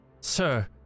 Sir